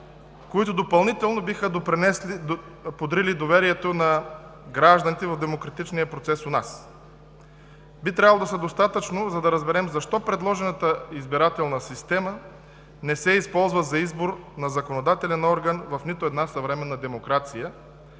което допълнително би подрило доверието на гражданите у демократичния процес у нас. Тези аргументи би трябвало да са достатъчни, за да разберем защо предложената избирателна система не се използва за избор на законодателен орган в нито една съвременна демокрация.